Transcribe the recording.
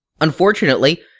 Unfortunately